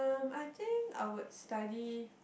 I think I would study